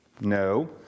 No